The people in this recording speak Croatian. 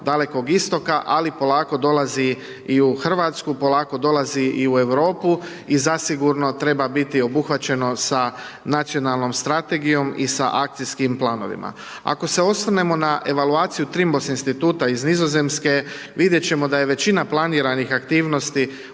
Dalekog Istoka ali polako dolazi i u Hrvatsku, polako dolazi i u Europu i zasigurno treba biti obuhvaćeno sa nacionalnom strategijom i sa akcijskim planovima. Ako se osvrnemo na evaluaciju …/Govornik se ne razumije./… instituta iz Nizozemske, vidjeti ćemo da je većina planiranih aktivnosti